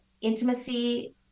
intimacy